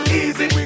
easy